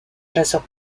chasseur